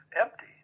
empty